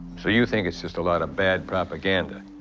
so you think it's just a lot of bad propaganda?